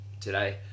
today